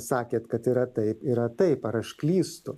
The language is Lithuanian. sakėt kad yra taip yra taip ar aš klystu